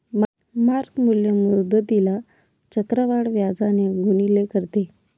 mark मूल्य मुद्दलीला चक्रवाढ व्याजाने गुणिले करते